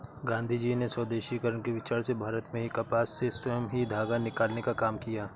गाँधीजी ने स्वदेशीकरण के विचार से भारत में ही कपास से स्वयं ही धागा निकालने का काम किया